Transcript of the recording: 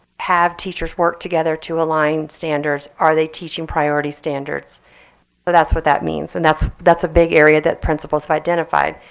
have teachers worked together to align standards? are they teaching priority standards? so that's what that means. and that's that's a big area that principals have identified.